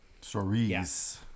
Stories